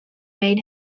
made